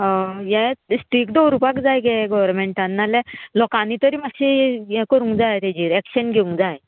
हे स्ट्रीक्ट दवरपाक जाय गे गोवोरमेंटान नाल्या लोकांनी तरी मातशें हें करूंक जाय तेजेर एक्शन घेवंक जाय